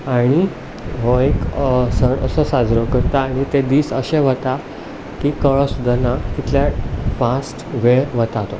आनी हो एक सण असो साजरो करता आनी ते दीस अशे वता की कळ सुद्दां ना कितल्या फास्ट वेळ वता तो